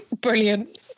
Brilliant